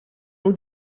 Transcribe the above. nhw